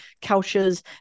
couches